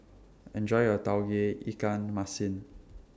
Enjoy your Tauge Ikan Masin